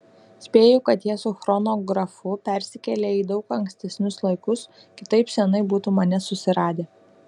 spėju kad jie su chronografu persikėlė į daug ankstesnius laikus kitaip seniai būtų mane susiradę